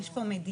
יש פה מדינה.